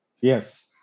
Yes